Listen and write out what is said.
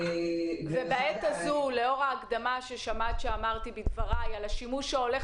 ו --- ולאור ההקדמה שאמרתי בדבריי לגבי השימוש שהולך